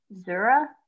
zura